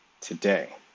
today